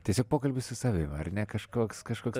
tiesiog pokalbis su savim ar ne kažkoks kažkoks